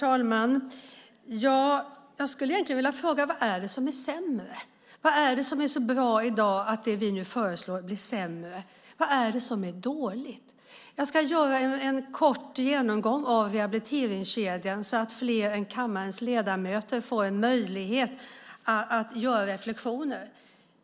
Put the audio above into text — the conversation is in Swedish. Herr talman! Vad är det som är sämre? Vad är det som är så bra i dag att det vi nu föreslår gör det sämre? Vad är det som är dåligt? Jag ska ge en kort genomgång av rehabiliteringskedjan så att fler än kammarens ledamöter får möjlighet att reflektera.